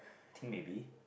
I think maybe